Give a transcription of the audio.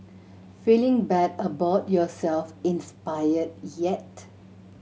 feeling bad about yourself inspired yet